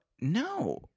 No